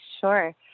Sure